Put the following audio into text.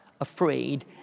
afraid